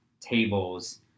tables